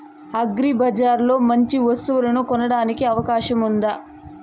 అగ్రిబజార్ లో మంచి వస్తువు కొనడానికి అవకాశం వుందా?